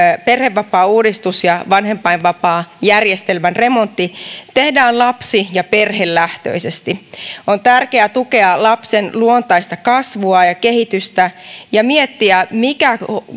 perhevapaauudistus ja vanhempainvapaajärjestelmän remontti tehdään lapsi ja perhelähtöisesti on tärkeää tukea lapsen luontaista kasvua ja kehitystä ja miettiä mikä